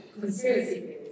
conspiracy